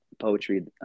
poetry